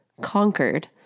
Conquered